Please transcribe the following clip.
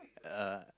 uh